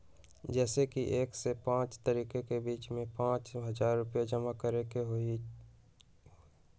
जैसे कि एक से पाँच तारीक के बीज में पाँच हजार रुपया जमा करेके ही हैई?